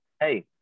hey